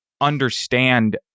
understand